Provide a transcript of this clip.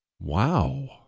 wow